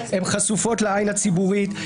הן חשופות לעין הציבורית,